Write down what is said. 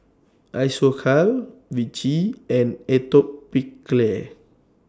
Isocal Vichy and Atopiclair